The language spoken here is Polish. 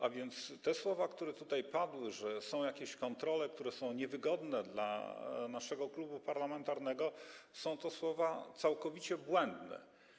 A więc te słowa, które tutaj padły, że są jakieś kontrole niewygodne dla naszego klubu parlamentarnego, są całkowicie błędne.